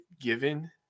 given